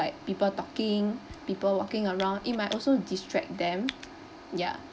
like people talking people walking around it might also distract them yeah